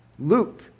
Luke